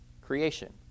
Creation